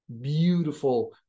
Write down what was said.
beautiful